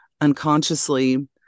Unconsciously